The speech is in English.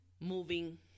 moving